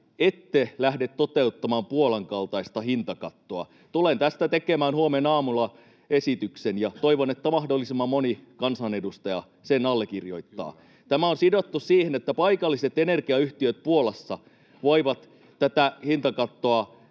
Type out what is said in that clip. ette lähde toteuttamaan Puolan kaltaista hintakattoa? Tulen tästä tekemään huomenaamulla esityksen ja toivon, että mahdollisimman moni kansanedustaja sen allekirjoittaa. Tämä on sidottu siihen, että paikalliset energiayhtiöt Puolassa voivat tätä hintakattoa